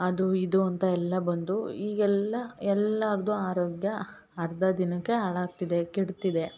ಅದು ಇದು ಅಂತ ಎಲ್ಲ ಬಂದು ಈಗೆಲ್ಲ ಎಲ್ಲರ್ದೂ ಆರೋಗ್ಯ ಅರ್ಧ ದಿನಕ್ಕೆ ಹಾಳಾಗ್ತಿದೆ ಕೆಡ್ತಿದೆ